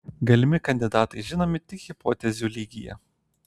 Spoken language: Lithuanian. galimi kandidatai žinomi tik hipotezių lygyje